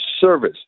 service